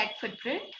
footprint